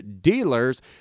dealers